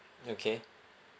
okay